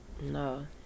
No